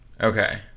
Okay